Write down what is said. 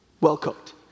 well-cooked